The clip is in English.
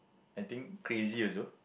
I think crazy also